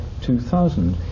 2000